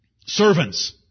Servants